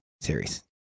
series